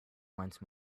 once